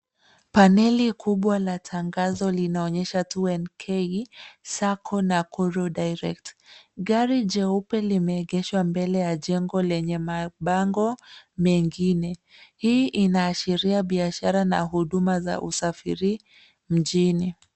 Paneli kubwa la tangazo linaonyesha 2NK sacco Nakuru direct, gari jeupe limeegeshwa mbele ya jengo lenye mabango mengine ,hii inaashiria biashara na huduma za usafiri mjini.